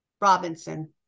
robinson